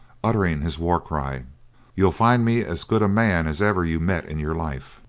uttering his war cry you'll find me as good a man as ever you met in your life.